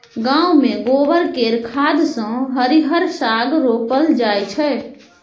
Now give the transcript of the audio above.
गांव मे गोबर केर खाद सँ हरिहर साग रोपल जाई छै